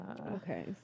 Okay